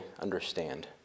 understand